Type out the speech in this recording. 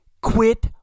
quit